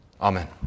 Amen